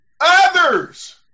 Others